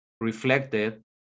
reflected